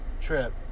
trip